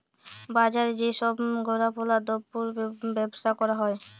বাজারে যেই সব গুলাপল্য দ্রব্যের বেবসা ক্যরা হ্যয়